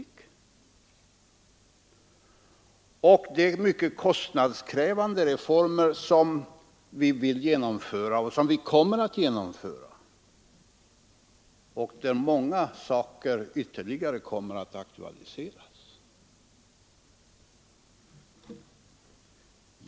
Då kan vi inte genomföra de mycket kostnadskrävande reformer som vi vill och kommer att genomföra.